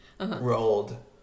rolled